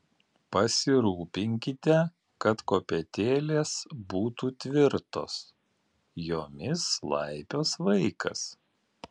pasirūpinkite kad kopėtėlės būtų tvirtos jomis laipios vaikas